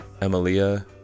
Emilia